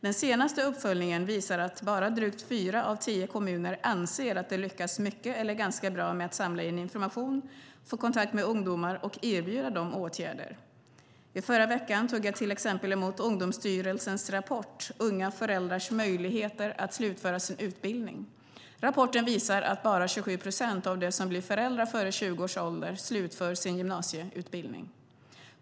Den senaste uppföljningen visar att bara drygt fyra av tio kommuner anser att de lyckas mycket eller ganska bra med att samla in information, få kontakt med ungdomar och erbjuda dem åtgärder. I förra veckan tog jag till exempel emot Ungdomsstyrelsens rapport Unga föräldrars möjligheter att slutföra sin utbildning . Rapporten visar att bara 27 procent av dem som blir föräldrar före 20 års ålder slutför sin gymnasieutbildning.